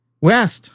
West